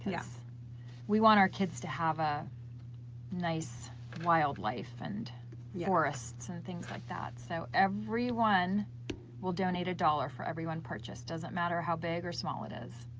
yeah we want our kids to have a nice wildlife and yeah forests and things like that. so every one we'll donate a dollar for every one purchased doesn't matter how big or small it is.